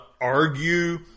argue